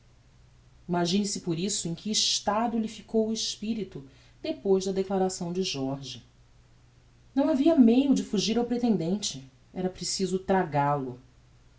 imagine-se por isso em que estado lhe ficou o espirito depois da declaração de jorge não havia meio de fugir ao pretendente era preciso tragal o